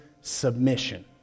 submission